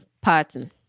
pattern